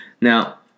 now